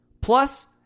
plus